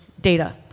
data